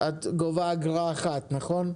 אוטו-טק, את גובה אגרה אחת, נכון?